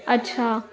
अछा